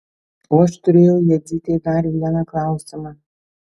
o aš turėjau jadzytei dar vieną klausimą